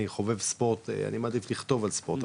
אני חובב ספורט ואני מעדיף לכתוב על ספורט,